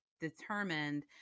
determined